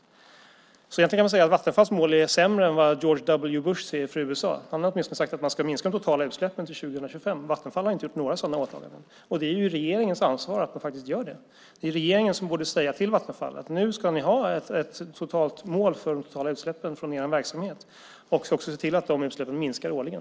Egentligen kan man alltså säga att Vattenfalls mål är sämre än vad George W. Bushs är för USA. Han har åtminstone sagt att man ska minska de totala utsläppen till 2025. Vattenfall har inte gjort några sådana åtaganden. Och det är regeringens ansvar att de faktiskt gör det. Det är regeringen som borde säga till Vattenfall att nu ska ni ha ett mål för de totala utsläppen från er verksamhet och också se till att de utsläppen minskar årligen.